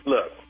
Look